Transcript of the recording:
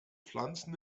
pflanzen